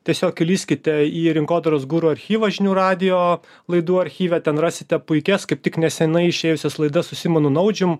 tiesiog įlįskite į rinkodaros guru archyvą žinių radijo laidų archyve ten rasite puikias kaip tik nesenai išėjusius laida su simonu naudžium